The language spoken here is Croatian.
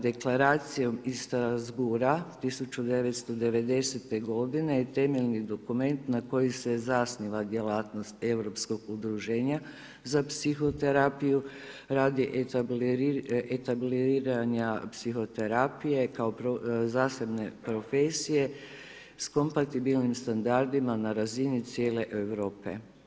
Deklaraciju iz Strasbourga 1990. g. je temeljni dokument, na koji se zasniva djelatnost europskog udruženja za psihoterapiju, radi etabliranja psihoterapije kao zasebne profesije s kontabilnim standardima na razini cijele Europe.